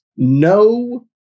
no